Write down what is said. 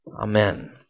Amen